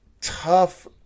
tough